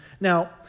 Now